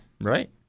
right